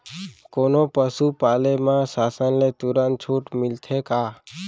कोनो पसु पाले म शासन ले तुरंत छूट मिलथे का?